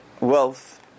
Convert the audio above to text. wealth